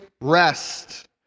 rest